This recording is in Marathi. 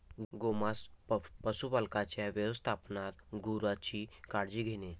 गोमांस पशुपालकांच्या व्यवस्थापनात गुरांची काळजी घेणे